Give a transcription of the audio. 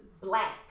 black